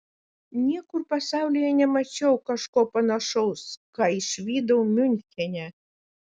niekur pasaulyje nemačiau kažko panašaus ką išvydau miunchene